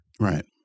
Right